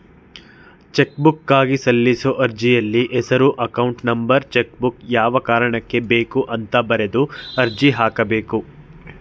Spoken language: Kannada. ಚೆಕ್ಬುಕ್ಗಾಗಿ ಸಲ್ಲಿಸೋ ಅರ್ಜಿಯಲ್ಲಿ ಹೆಸರು ಅಕೌಂಟ್ ನಂಬರ್ ಚೆಕ್ಬುಕ್ ಯಾವ ಕಾರಣಕ್ಕೆ ಬೇಕು ಅಂತ ಬರೆದು ಅರ್ಜಿ ಹಾಕಬೇಕು